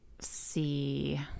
see